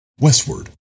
westward